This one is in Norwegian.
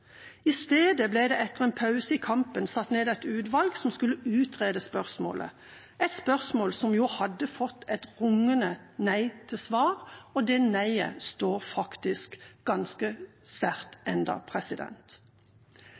I stedet ble det etter en pause i kampen satt ned et utvalg som skulle utrede spørsmålet, et spørsmål som jo hadde fått et rungende nei til svar. Det nei-et står faktisk ganske sterkt